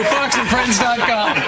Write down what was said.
FoxandFriends.com